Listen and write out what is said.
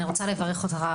אני רוצה לברך אותך,